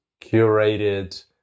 curated